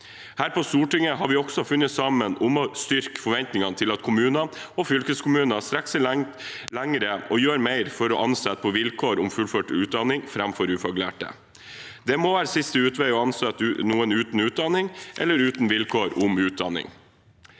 Her på Stortinget har vi også funnet sammen om å styrke forventningene til at kommunene og fylkeskommunene strekker seg lenger og gjør mer for å ansette på vilkår om fullført utdanning framfor ufaglærte. Det må være siste utvei å ansette noen uten utdanning eller uten vilkår om utdanning.